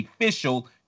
official